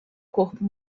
corpo